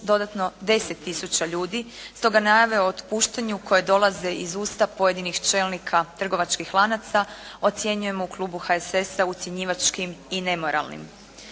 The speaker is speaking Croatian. dodatno 10 tisuća ljudi, stoga najave o otpuštanju koje dolaze iz usta pojedinih čelnika trgovačkih lanaca ocjenjujemo u klubu HSS-a ucjenjivačkim i nemoralnim.